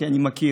כי אני מכיר,